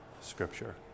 Scripture